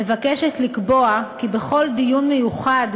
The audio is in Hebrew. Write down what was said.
מבקשת לקבוע כי בכל "דיון מיוחד",